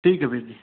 ਠੀਕ ਹੈ ਵੀਰ ਜੀ